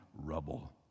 rubble